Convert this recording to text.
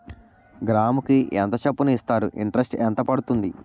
గ్రాముకి ఎంత చప్పున ఇస్తారు? ఇంటరెస్ట్ ఎంత పడుతుంది?